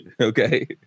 okay